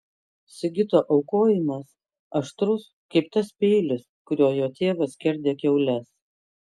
sigito aukojimas aštrus kaip tas peilis kuriuo jo tėvas skerdė kiaules